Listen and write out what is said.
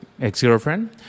ex-girlfriend